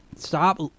Stop